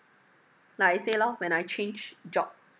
like I say lor when I change job